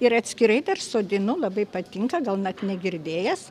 ir atskirai dar sodinu labai patinka gal net negirdėjęs